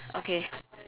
okay